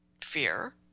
fear